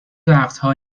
وقتها